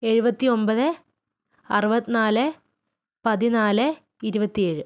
എഴുപത്തി ഒമ്പത് അറുപത്തിനാല് പതിനാല് ഇരുപത്തി ഏഴ്